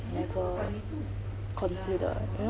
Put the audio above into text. therefore consider you know